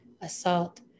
assault